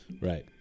Right